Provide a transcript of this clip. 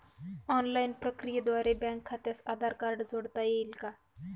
Online प्रक्रियेद्वारे bank खात्यास Aadhaar card जोडता येईल का?